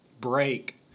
break